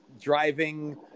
driving